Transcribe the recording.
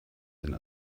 sind